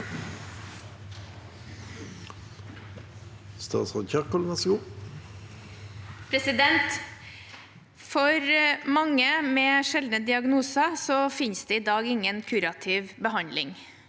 For mange med sjeldne diagnoser finnes det i dag ingen kurativ behandling.